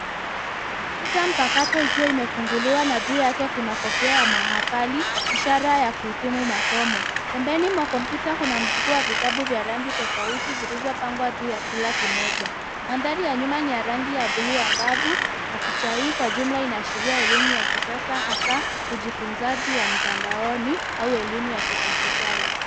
Kompyuta mpakato ikiwa imefunguliwa na juu yake kuna kofia ya mahafali, ishara ya kuhitimu masomo. Pembeni mwa kompyuta kuna wa vitabu vya rangi tofauti vilivyopangwa juu ya kila kimoja. Mandhari ya nyuma ni ya rangi ya buluu angavu na picha hii kwa jumla inaashiria elimu ya kisasa hasa ujifunzaji wa mtandaoni au elimu ya kidijitali.